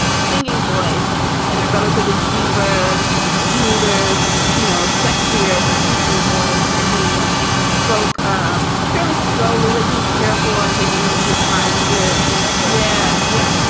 singing voice in a relatively deeper smoothers, you know, sexier speaking voice. and he writes, spoke um fairly slowly like he was careful on taking his time to deliberate yeah yet